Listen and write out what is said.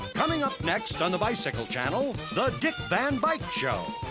coming up next on the bicycle channel, the dick van bike show!